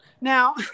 Now